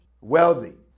wealthy